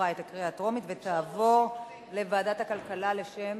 לדיון מוקדם בוועדת הכלכלה נתקבלה.